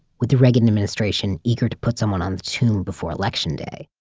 with the reagan administration eager to put someone on the tomb before election day,